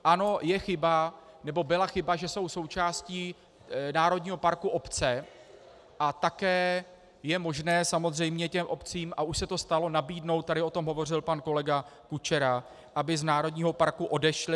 Ano, je chyba, nebo byla chyba, že jsou součástí národního parku obce, a také je možné samozřejmě těm obcím, a už se to stalo, nabídnout tady o tom hovořil pan kolega Kučera aby z národního parku odešly.